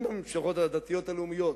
שלא כמו המשפחות הדתיות-לאומיות,